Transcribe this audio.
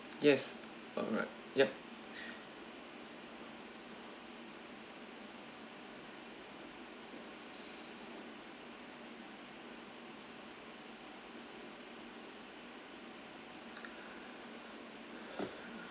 yes alright yup